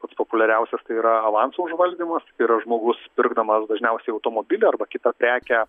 pats populiariausias tai yra avanso užvaldymas tai yra žmogus pirkdamas dažniausiai automobilį arba kitą prekę